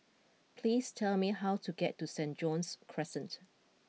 please tell me how to get to St John's Crescent